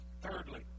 Thirdly